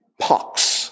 pox